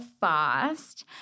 fast